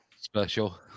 Special